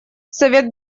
совет